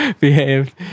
behaved